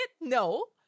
No